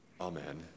Amen